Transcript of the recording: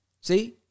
See